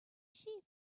sheep